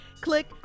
click